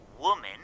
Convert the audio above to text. woman